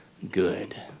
good